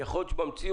יכול להיות שבמציאות,